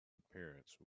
appearance